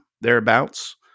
thereabouts